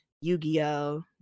Yu-Gi-Oh